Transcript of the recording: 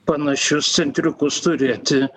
panašius centriukus turėti